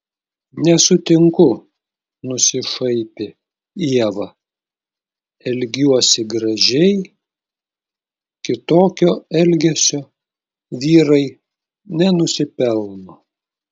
nesutinku nusišaipė ieva elgiuosi gražiai kitokio elgesio vyrai nenusipelno